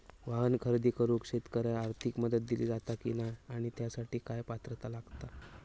वाहन खरेदी करूक शेतकऱ्यांका आर्थिक मदत दिली जाता की नाय आणि त्यासाठी काय पात्रता लागता?